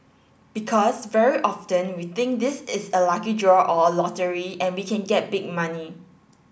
because very often we think this is a lucky draw or lottery and we can get big money